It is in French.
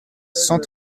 cent